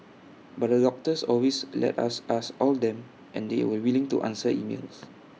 but the doctors always let us ask all them and they were willing to answer emails